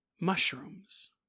mushrooms